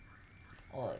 !oi!